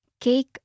Cake